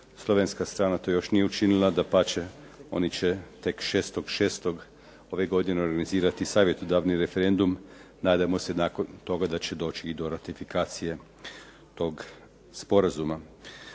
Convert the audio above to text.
slovenska strana to još nije učinila, dapače oni će tek 6. 6. ove godine organizirati savjetodavni referendum. Nadajmo se nakon toga da će doći i do ratifikacije tog sporazuma.